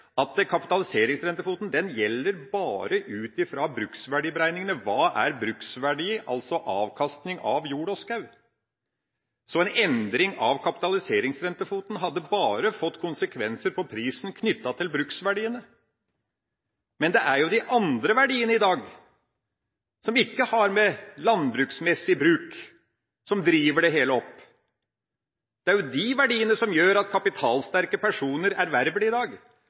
at kapitaliseringsrentefoten bare gjelder ut fra bruksverdiberegningene, hva som er bruksverdi, altså avkastning av jord og skau. En endring av kapitaliseringsrentefoten hadde bare fått konsekvenser for prisen knyttet til bruksverdiene. Men det er jo de andre verdiene, som ikke har med landbruksmessig bruk å gjøre, som i dag driver det hele opp. Det er de verdiene som gjør at kapitalsterke personer i dag